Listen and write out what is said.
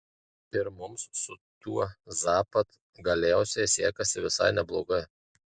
ir mums su tuo zapad galiausiai sekasi visai neblogai